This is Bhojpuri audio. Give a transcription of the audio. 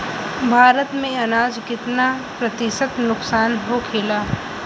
भारत में अनाज कितना प्रतिशत नुकसान होखेला?